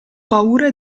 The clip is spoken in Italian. paura